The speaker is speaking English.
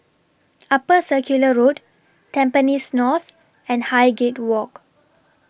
Upper Circular Road Tampines North and Highgate Walk